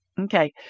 Okay